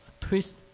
twist